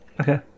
Okay